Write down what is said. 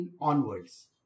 onwards